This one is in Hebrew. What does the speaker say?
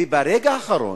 וברגע האחרון,